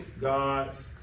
God's